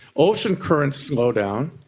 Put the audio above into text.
ocean currents slow down.